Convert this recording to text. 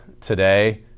today